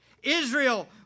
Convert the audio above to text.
Israel